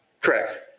Correct